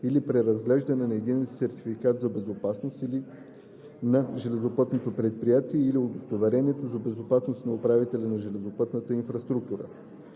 или преразглеждане на единния сертификат за безопасност на железопътното предприятие или удостоверението за безопасност на управителя на железопътната инфраструктура.